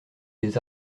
des